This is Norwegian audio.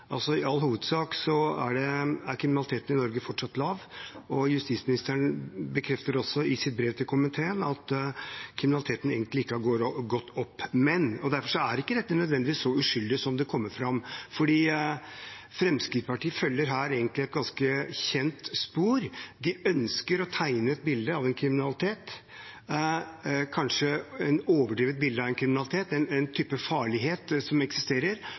komiteen at kriminaliteten egentlig ikke har gått opp. Derfor er ikke dette nødvendigvis så uskyldig som det framstår, for Fremskrittspartiet følger egentlig her et ganske kjent spor. De ønsker å tegne et bilde av en kriminalitet, et overdrevet bilde av en kriminalitet, en type farlighet som eksisterer,